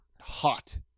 Hot